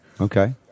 Okay